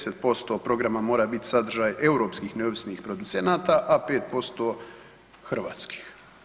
10% programa mora biti sadržaj europskih neovisnih producenata, a 5% hrvatskih.